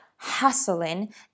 hustling